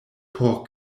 por